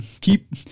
keep